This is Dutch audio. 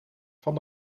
van